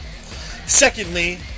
secondly